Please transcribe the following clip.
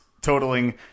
totaling